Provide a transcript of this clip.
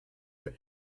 for